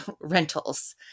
rentals